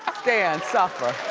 stand suffer.